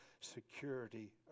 security